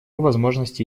возможности